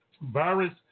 virus